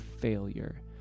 failure